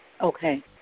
Okay